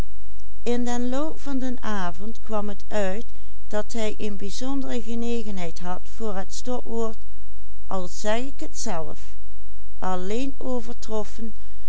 dat hij een bijzondere genegenheid had voor het stopwoord al zeg ik het zelf alleen overtroffen